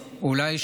בודקים,